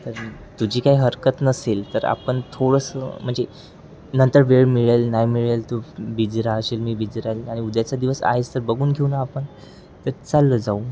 तर तुझी काही हरकत नसेल तर आपण थोडंसं म्हणजे नंतर वेळ मिळेल नाही मिळेल तू बिजी राहशील मी बिजी राहील आणि उद्याचा दिवस आ आहे तर बघून घेऊ न आपण तर चाललं जाऊ